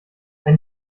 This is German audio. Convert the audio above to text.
ein